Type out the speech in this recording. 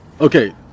Okay